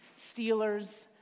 Steelers